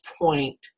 point